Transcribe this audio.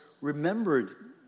remembered